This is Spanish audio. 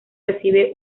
recibe